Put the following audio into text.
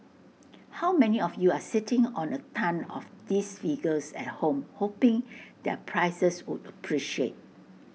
how many of you are sitting on A tonne of these figures at home hoping their prices would appreciate